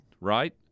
right